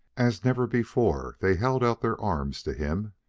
as never before they held out their arms to him,